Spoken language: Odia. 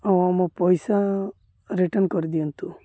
ଆଉ ମୋ ପଇସା ରିଟର୍ଣ୍ଣ କରିଦିଅନ୍ତୁ